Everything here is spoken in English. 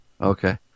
Okay